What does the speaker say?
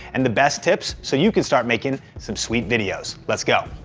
and the best tips, so you can start making some sweet videos. let's go.